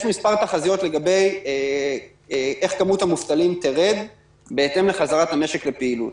יש מספר תחזיות בשאלה איך כמות המובטלים תרד בהתאם לחזרת המשק לפעילות.